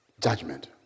judgment